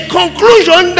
conclusion